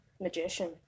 Magician